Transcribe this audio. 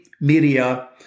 media